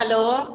hello